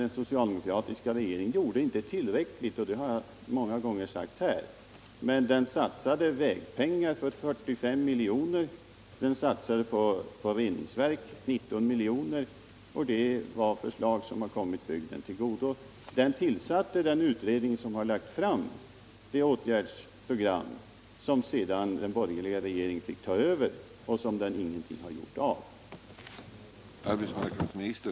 Den socialdemokratiska regeringen gjorde inte tillräckligt, och det har jag många gånger sagt här, men den satsade 45 miljoner i vägpengar, den satsade 19 miljoner på reningsverk — åtgärder som har kommit bygden till godo — och den tillsatte den utredning som har lagt fram det åtgärdsprogram som den borgerliga regeringen sedan fick ta över och som den inte har gjort någonting av.